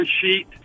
sheet